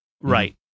Right